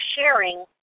sharing